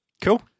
Cool